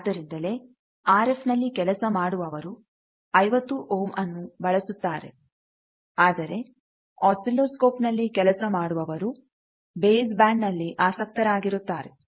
ಆದ್ದರಿಂದಲೇ R F ನಲ್ಲಿ ಕೆಲಸ ಮಾಡುವವರು 50 ಓಂ ಅನ್ನು ಬಳಸುತ್ತಾರೆ ಆದರೆ ಆಸಿಲೋಸ್ಕೋಪ್ ನಲ್ಲಿ ಕೆಲಸ ಮಾಡುವವರು ಬೇಸ್ ಬ್ಯಾಂಡ್ ನಲ್ಲಿ ಆಸಕ್ತರಾಗಿರುತ್ತಾರೆ